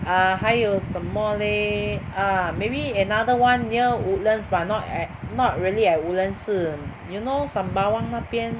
err 还有什么 leh ah maybe another one near Woodlands but not at not really at Woodlands 是 you know Sembawang 那边